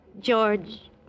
George